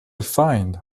find